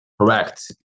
Correct